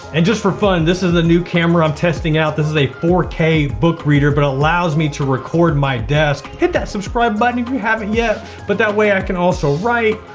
and just for fun, this is a new camera i'm testing out. this is a four k book reader, but allows me to record my desk. hit that subscribe button if you haven't yet. but that way i can also write,